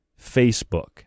Facebook